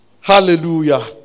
Hallelujah